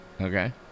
Okay